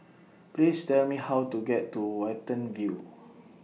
Please Tell Me How to get to Watten View